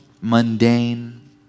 mundane